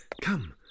come